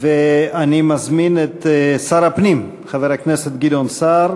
אני מזמין את שר הפנים, חבר הכנסת גדעון סער,